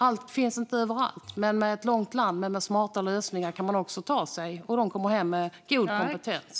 Allt finns inte överallt. Men i ett långt land med smarta lösningar kan man också ta sig runt, och dessa personer kommer hem med god kompetens.